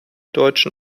deutschen